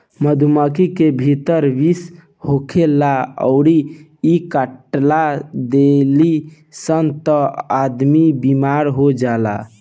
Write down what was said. मधुमक्खी के भीतर विष होखेला अउरी इ काट देली सन त आदमी बेमार हो जाला